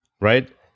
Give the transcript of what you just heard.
right